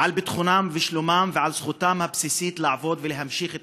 על ביטחונם ושלומם ועל זכותם הבסיסית לעבוד ולהמשיך את